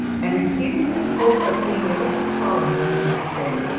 and repeating his hope of being able to call on them the next day,